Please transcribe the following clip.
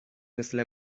مثل